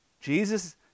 Jesus